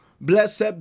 Blessed